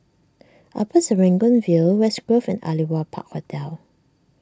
Upper Serangoon View West Grove and Aliwal Park Hotel